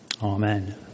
Amen